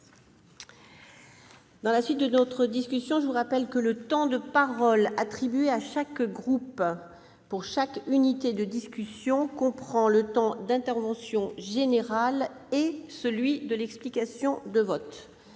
Pensions ». Mes chers collègues, je vous rappelle que le temps de parole attribué à chaque groupe pour chaque unité de discussion comprend le temps d'intervention générale et celui de l'explication de vote.